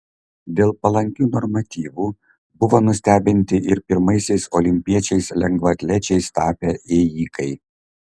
dėl palankių normatyvų buvo nustebinti ir pirmaisiais olimpiečiais lengvaatlečiais tapę ėjikai